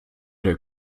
der